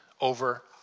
over